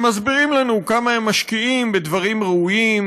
שמסבירים לנו כמה הם משקיעים בדברים ראויים,